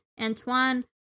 Antoine